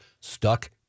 stuck